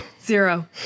zero